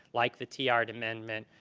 like the tiahrt amendment,